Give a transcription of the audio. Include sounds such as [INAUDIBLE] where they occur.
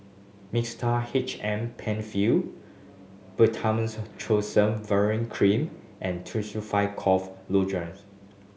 Mixtard H M Penfill [UNINTELLIGIBLE] Cream and Tussil five Cough Lozenge